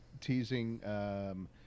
teasing